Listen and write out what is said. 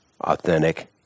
authentic